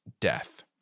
death